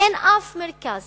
אין אף מרכז